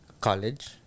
college